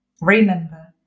Remember